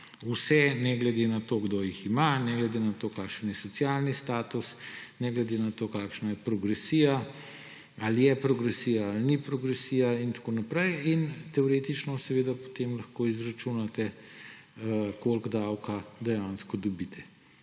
vse, ne glede na to, kdo jih ima, ne glede na to, kakšen je socialni status, ne glede na to, kakšna je progresija, ali je progresija ali ni progresija in tako naprej. In teoretično seveda potem lahko izračunate, koliko davka dejansko dobite.